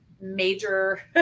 major